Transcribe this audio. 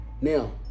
Now